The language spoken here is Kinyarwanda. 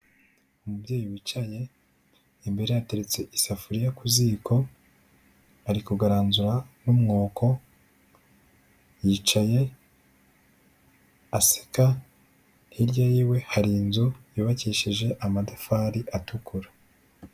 Umubyeyi wicaye imbere ye hateretse isafuriya ku ziko, ari kugaranzura n'umwoko, yicaye aseka, hirya yiwe hari inzu yubakisheje amatafari atukura.